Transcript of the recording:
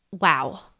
wow